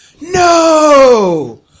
No